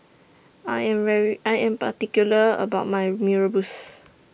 I Am very I Am particular about My Mee Rebus